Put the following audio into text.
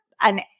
an-